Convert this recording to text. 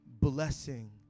blessing